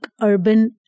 urban